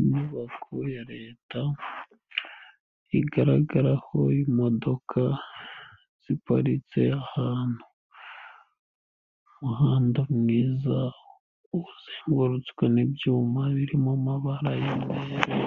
Inyubako ya leta, igaragaraho imodoka ziparitse ahantu, umuhanda mwiza, uzengurutswe n'ibyuma birimo amabara